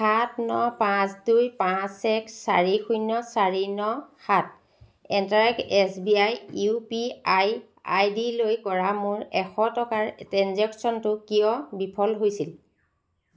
সাত ন পাঁচ দুই পাঁচ এক চাৰি শূণ্য চাৰি ন সাত at the rate SBI U P I আইডিলৈ কৰা মোৰ এশ টকাৰ ট্ৰেঞ্জেক্শ্য়নটো কিয় বিফল হৈছিল